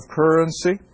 currency